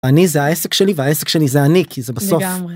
אני זה העסק שלי והעסק שלי זה אני כי זה בסוף.